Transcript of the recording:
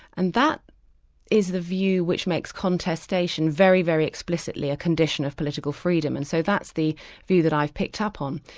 and is the view which makes contestation very, very explicitly a condition of political freedom, and so that's the view that i picked up on.